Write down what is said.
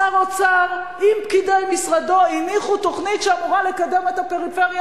שר אוצר עם פקידי משרדו הניחו תוכנית שאמורה לקדם את הפריפריה.